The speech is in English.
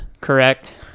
Correct